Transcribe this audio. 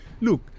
Look